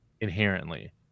inherently